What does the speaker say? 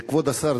כבוד השר,